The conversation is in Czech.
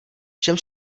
všem